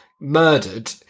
murdered